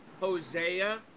Hosea